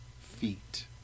feet